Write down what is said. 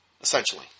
essentially